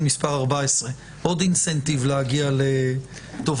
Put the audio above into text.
מס' 14. עוד אינסנטיב להגיע לתובנות.